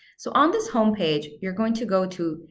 so on this homepage you're going to go to,